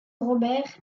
robert